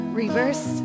reverse